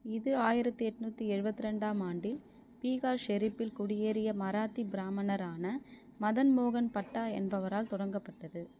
இது ஆயிரத்து எண்நூத்தி எழுபத்தி ரெண்டாம் ஆண்டில் பீகார் ஷெரீப்பில் குடியேறிய மராத்தி பிராமணரான மதன் மோகன் பட்டா என்பவரால் தொடங்கப்பட்டது